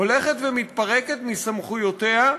הולכת ומתפרקת מסמכויותיה,